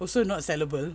also not sellable